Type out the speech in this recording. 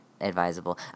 advisable